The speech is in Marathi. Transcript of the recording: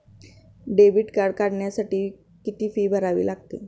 डेबिट कार्ड काढण्यासाठी किती फी भरावी लागते?